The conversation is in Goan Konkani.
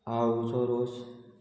आळूचो रोस